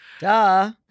Duh